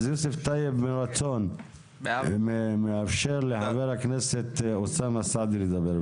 אז יוסף טייב מרצון מאפשר לחבר הכנסת אוסאמה סעדי לדבר.